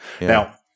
now